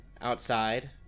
outside